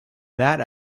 that